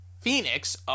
Phoenix